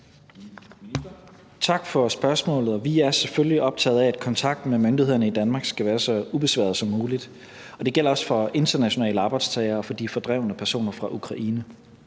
Tak for spørgsmålet. Vi er selvfølgelig optaget af, at kontakten med myndighederne i Danmark skal være så ubesværet som muligt, og det gælder også for internationale arbejdstagere og for de fordrevne personer fra Ukraine.